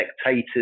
spectators